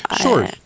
Sure